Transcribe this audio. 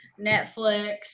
Netflix